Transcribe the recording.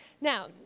Now